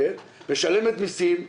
משלמת מסים,